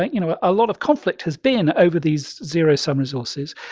you know, a lot of conflict has been over these zero-sum resources.